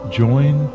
join